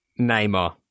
Neymar